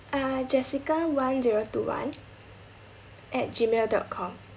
uh jessica one zero two one at gmail dot com